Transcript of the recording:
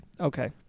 Okay